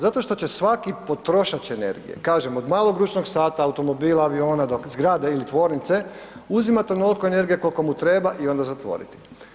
Zato što će svaki potrošač energije, kažem od malog ručnog sata, automobila, aviona do zgrada ili tvornice uzimati onoliko energije koliko mu treba i onda zatvoriti.